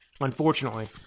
Unfortunately